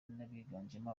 n’abiganjemo